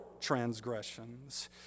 transgressions